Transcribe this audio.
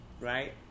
right